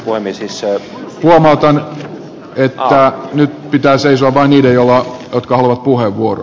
voimme siis myönnetään että nyt pitää seisoa vaan niiden joilla tutkalla puhe voi